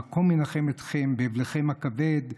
המקום ינחם אתכם באבלכם הכבד,